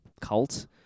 cult